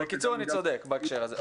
בקיצור, אני צודק בהקשר הזה.